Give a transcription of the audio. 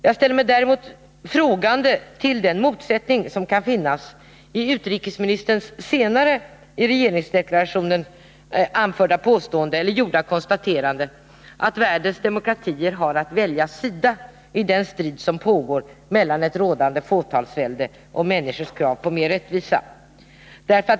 Jag ställer mig däremot frågande till den motsättning som kan finnas i utrikesministerns senare i regeringsdeklarationen gjorda konstaterande, att världens demokratier har att välja sida i den strid som pågår mellan ett rådande fåtalsväldes anspråk och människors krav på att få mer rättvisa.